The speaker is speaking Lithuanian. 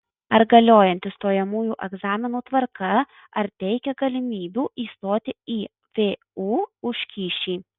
o galiojanti stojamųjų egzaminų tvarka ar teikia galimybių įstoti į vu už kyšį